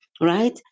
right